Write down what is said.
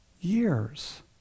Years